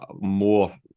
more